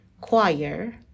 choir